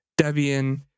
Debian